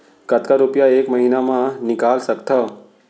कतका रुपिया एक महीना म निकाल सकथव?